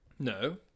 No